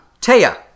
Taya